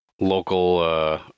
local